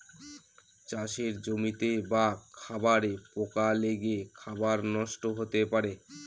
চাষের জমিতে বা খাবারে পোকা লেগে খাবার নষ্ট হতে পারে